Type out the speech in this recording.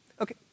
Okay